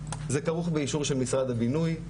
זה כרוך באישור של משרד הבינוי,